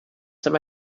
some